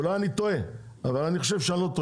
אולי אני טועה אבל אני חושב שלא.